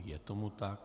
Je tomu tak.